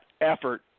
effort